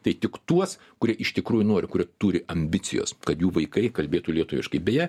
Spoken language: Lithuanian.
tai tik tuos kurie iš tikrųjų noriu kurių turi ambicijos kad jų vaikai kalbėtų lietuviškai beje